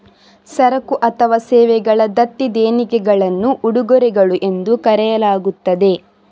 ಸರಕು ಅಥವಾ ಸೇವೆಗಳ ದತ್ತಿ ದೇಣಿಗೆಗಳನ್ನು ಉಡುಗೊರೆಗಳು ಎಂದು ಕರೆಯಲಾಗುತ್ತದೆ